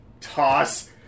Toss